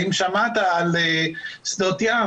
האם שמעת על 'שדות ים'?